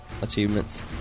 achievements